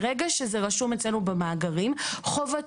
מרגע שזה רשום אצלנו במאגרים חובתו,